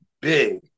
big